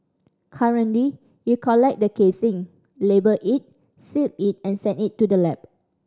currently you collect the casing label it seal it and send it to the lab